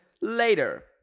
later